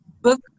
book